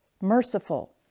merciful